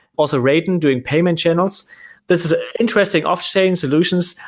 also rating doing payment channels this is an interesting off-chain solutions,